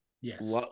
Yes